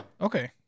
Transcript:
Okay